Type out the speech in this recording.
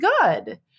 good